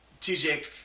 TJ